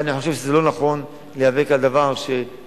אבל אני חושב שזה לא נכון להיאבק על דבר שאפשר